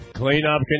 Cleanup